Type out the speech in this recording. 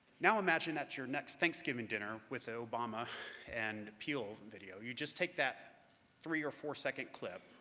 now imagine at your next thanksgiving dinner with the obama and peele video, you just take that three or four-second clip,